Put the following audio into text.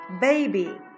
baby